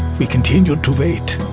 we continued to wait.